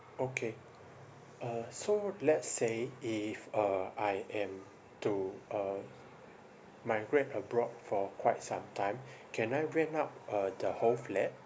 okay uh so let's say if uh I am to uh my flat I bought for quite some time can I rent out uh the whole flat